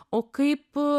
o kaip